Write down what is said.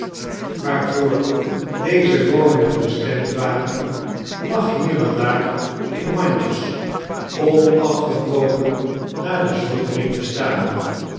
waarvoor deze woningen bestemd waren lag hier en daar in mandjes onafgebroken naar de zoldering te staren